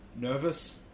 nervous